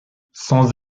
sans